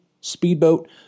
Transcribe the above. Speedboat